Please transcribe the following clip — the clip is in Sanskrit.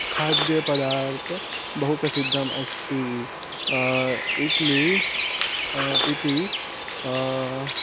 खद्यपदार्थः बहु प्रसिद्धम् अस्ति इट्ली इति